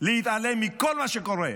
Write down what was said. להתעלם מכל מה שקורה.